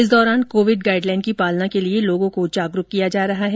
इस दौरान Covid guideline की पालना के लिए लोगों को जागरूक किया जा रहा है